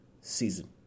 season